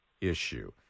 issue